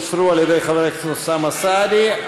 הוסרו על-ידי חבר הכנסת אוסאמה סעדי.